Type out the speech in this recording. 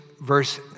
verse